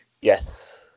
Yes